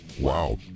Wow